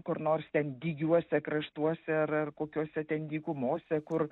kur nors ten dygiuose kraštuose ar ar kokiose ten dykumose kur